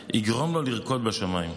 יגרום לו לרקוד בשמיים.